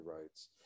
rights